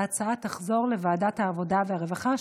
ההצעה תחזור לוועדת העבודה והרווחה,